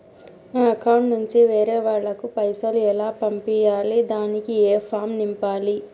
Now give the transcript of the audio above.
నా అకౌంట్ నుంచి వేరే వాళ్ళకు పైసలు ఎలా పంపియ్యాలి దానికి ఏ ఫామ్ నింపాలి?